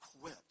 quit